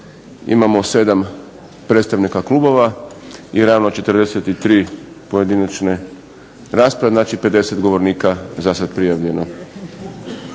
imamo 7 predstavnika klubova i ravno 43 pojedinačne rasprave, znači 50 govornika za sada prijavljeno,